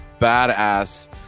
badass